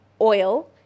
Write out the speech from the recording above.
oil